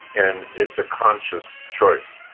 and it's a conscious choice,